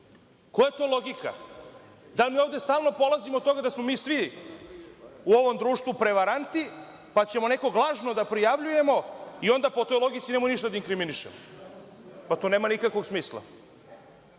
Koja je to logika? Ovde stalno polazimo od toga da smo mi svi u ovom društvu prevaranti, pa ćemo nekoga lažno da prijavljujemo i onda po toj logici nemojmo ništa da inkriminišemo. To nema nikakvog smisla. Lažno